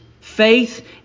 Faith